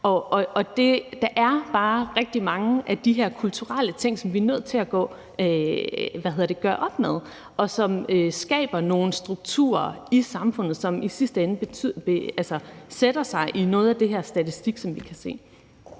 Og der er bare rigtig mange af de her kulturelle ting, som vi er nødt til at gøre op med, og som skaber nogle strukturer i samfundet, som i sidste ende sætter sig i noget af den statistik, som vi kan se.